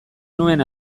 genuen